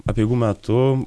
apeigų metu